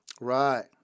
right